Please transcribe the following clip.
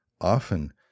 Often